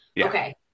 Okay